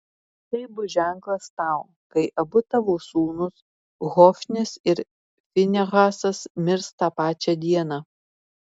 tai bus ženklas tau kai abu tavo sūnūs hofnis ir finehasas mirs tą pačią dieną